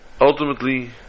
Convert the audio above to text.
ultimately